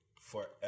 forever